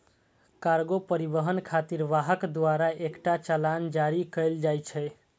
cargo परिवहन खातिर वाहक द्वारा एकटा चालान जारी कैल जाइ छै